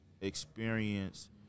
experience